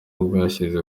bwashyize